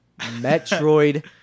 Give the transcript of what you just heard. Metroid